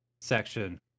section